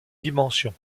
dimensions